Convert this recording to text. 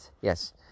yes